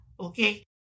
Okay